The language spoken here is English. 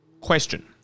Question